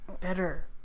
better